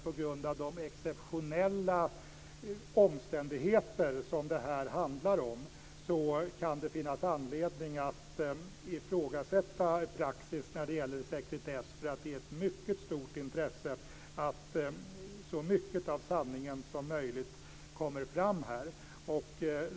På grund av de exceptionella omständigheter som detta handlar om kan det finnas anledning att ifrågasätta praxis när det gäller sekretess. Det är av ett mycket stort intresse att så mycket av sanningen som möjligt kommer fram här.